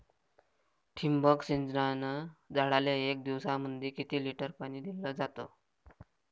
ठिबक सिंचनानं झाडाले एक दिवसामंदी किती लिटर पाणी दिलं जातं?